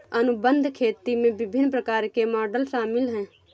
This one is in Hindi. अनुबंध खेती में विभिन्न प्रकार के मॉडल शामिल हैं